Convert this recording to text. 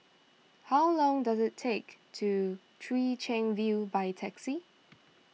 how long does it take to Chwee Chian View by taxi